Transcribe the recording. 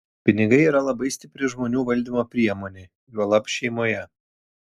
pinigai yra labai stipri žmonių valdymo priemonė juolab šeimoje